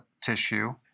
tissue